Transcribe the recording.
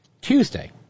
Tuesday